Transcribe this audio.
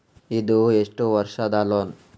ಇದು ಎಷ್ಟು ವರ್ಷದ ಲೋನ್?